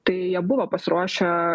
tai jie buvo pasiruošę